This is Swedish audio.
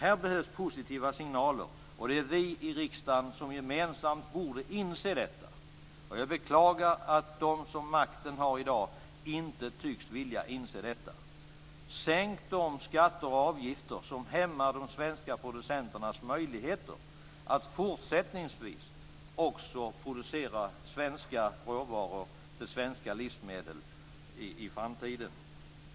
Här behövs positiva signaler. Det är vi i riksdagen som gemensamt borde inse detta. Jag beklagar att de som har makten i dag inte tycks vilja inse detta. Sänk de skatter och avgifter som hämmar de svenska producenternas möjligheter att fortsättningsvis också producera svenska råvaror till svenska livsmedel i framtiden!